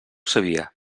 sabia